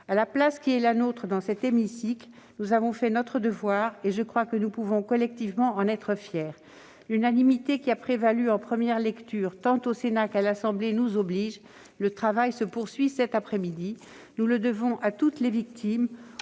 À la place qui est la nôtre dans cet hémicycle, nous avons fait notre devoir ; je crois que nous pouvons collectivement en être fiers. L'unanimité qui a prévalu en première lecture, tant au Sénat qu'à l'Assemblée nationale, nous oblige. Le travail se poursuit cet après-midi. Nous le devons à toutes les victimes,